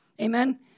Amen